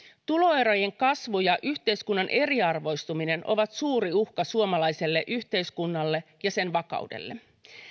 tuloerojen kasvu ja yhteiskunnan eriarvoistuminen ovat suuri uhka suomalaiselle yhteiskunnalle ja sen vakaudelle